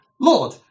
Lord